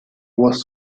was